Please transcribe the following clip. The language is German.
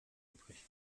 übrig